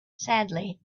sadly